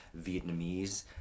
Vietnamese